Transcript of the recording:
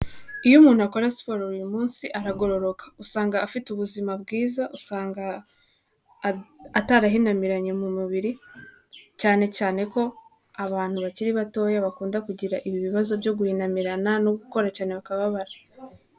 Iyo umuntu akora siporo uyu munsi aragororoka usanga afite ubuzima bwiza, usanga atarahinamiranye mu mubiri cyane cyane ko abantu bakiri batoya bakunda kugira ibi bi ibibazo byo guhinamirana no gukora cyane bakababara.